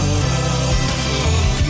love